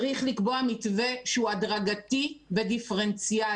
צריך לקבוע מתווה שהוא הדרגתי ודיפרנציאלי